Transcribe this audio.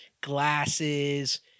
glasses